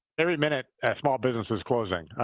every minute a small business is closing,